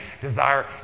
desire